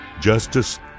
justice